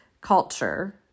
culture